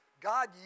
God